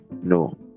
no